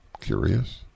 Curious